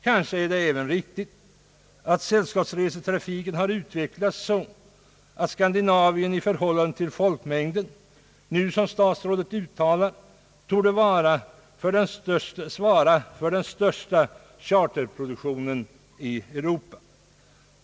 Kanske är det även riktigt att sällskapsresetrafiken har utvecklats så att Skandinavien i förhållande till folkmängden nu, såsom statsrådet uttalar, torde svara för den största charterproduktionen i Europa.